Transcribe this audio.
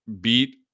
beat